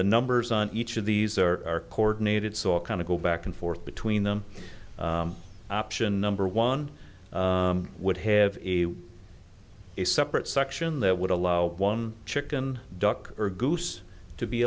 the numbers on each of these are coordinated so a kind of go back and forth between them option number one would have a separate section that would allow one chicken duck or goose to be